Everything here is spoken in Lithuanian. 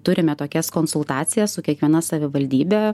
turime tokias konsultacijas su kiekviena savivaldybe